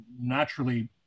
naturally